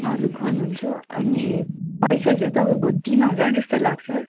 हजुर गर्नुहुन्छु अनि पैसा चाहिँ तपाईँको तिन हजार जस्तो लाग्छ